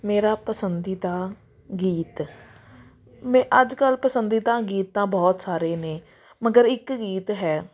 ਮੇਰਾ ਪਸੰਦੀਦਾ ਗੀਤ ਮੈਂ ਅੱਜ ਕੱਲ੍ਹ ਪਸੰਦੀਦਾ ਗੀਤ ਤਾਂ ਬਹੁਤ ਸਾਰੇ ਨੇ ਮਗਰ ਇੱਕ ਗੀਤ ਹੈ